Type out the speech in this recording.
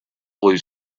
blue